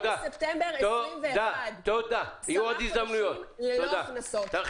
בספטמבר 2021". עשרה חודשים ללא הכנסות.